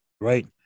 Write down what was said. right